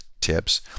TIPS